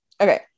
Okay